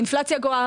האינפלציה גואה.